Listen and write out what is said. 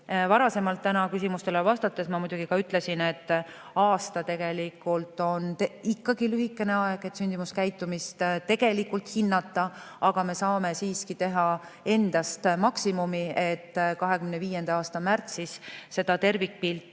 Varasemalt täna küsimustele vastates ma muidugi ka ütlesin, et aasta on ikkagi lühikene aeg, et sündimuskäitumist hinnata, aga me saame siiski anda endast maksimumi, et 2025. aasta märtsis tervikpilti